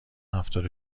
هفتاد